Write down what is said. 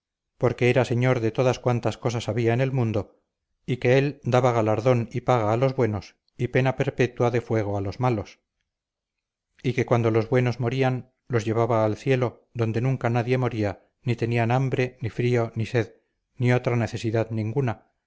porque era señor de todas cuantas cosas había en el mundo y que él daba galardón y pagaba a los buenos y pena perpetua de fuego a los malos y que cuando los buenos morían los llevaba al cielo donde nunca nadie moría ni tenían hambre ni frío ni sed ni otra necesidad ninguna